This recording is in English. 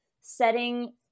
setting